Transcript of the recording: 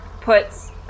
puts